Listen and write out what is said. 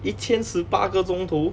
一千十八个钟头